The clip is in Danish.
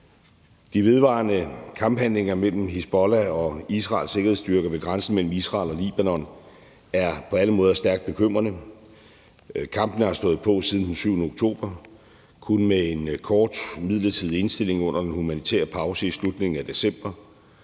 De vedvarende kamphandlinger mellem Hizbollah og Israels sikkerhedsstyrker på grænsen mellem Israel og Libanon er på alle måder stærkt bekymrende. Kampene har stået på siden den 7. oktober, kun med en kort midlertidig indstilling under den humanitære pause i slutningen af december.